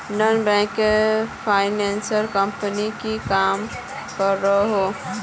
Non banking finance company की काम करोहो?